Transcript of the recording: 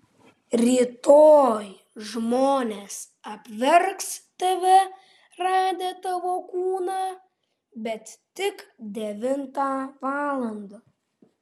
rytoj žmonės apverks tave radę tavo kūną bet tik devintą valandą